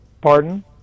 Pardon